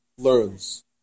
learns